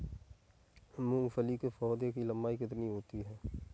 मूंगफली के पौधे की लंबाई कितनी होती है?